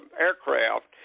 aircraft